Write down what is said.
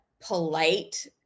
polite